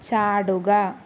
ചാടുക